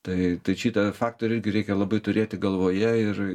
tai tai šitą faktorių irgi reikia labai turėti galvoje ir